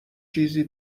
چیزی